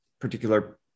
particular